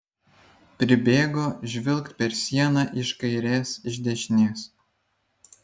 pribėgo žvilgt per sieną iš kairės iš dešinės